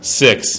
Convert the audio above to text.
six